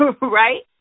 Right